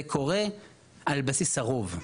זה קורה על בסיס הרוב,